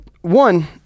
One